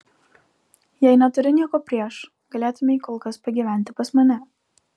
jei neturi nieko prieš galėtumei kol kas pagyventi pas mane